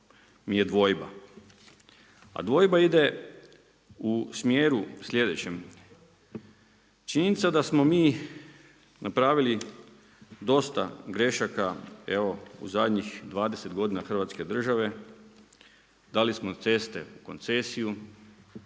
mi je dvojba. A dvojba ide u smjeru sljedećem. Činjenica da smo mi napravili dosta grešaka u zadnjih 20 godina Hrvatske države, dali smo ceste u koncesiju,